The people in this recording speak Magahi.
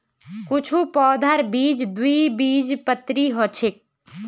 कुछू पौधार बीज द्विबीजपत्री ह छेक